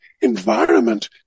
environment